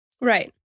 Right